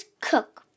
Cook